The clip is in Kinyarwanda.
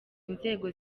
inzego